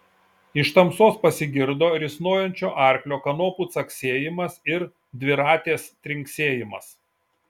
iš tamsos pasigirdo risnojančio arklio kanopų caksėjimas ir dviratės trinksėjimas